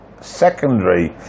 secondary